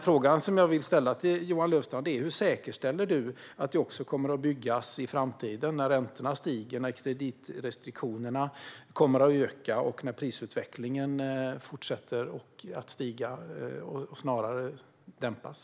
Frågan som jag vill ställa till Johan Löfstrand är: Hur säkerställer han att det också kommer att byggas i framtiden när räntorna stiger, kreditrestriktionerna kommer att öka och prisutvecklingen i stället för att stiga snarare dämpas?